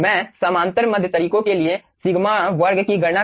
मैं समांतर माध्य तरीकों के लिए सिग्मा वर्ग की गणना करूंगा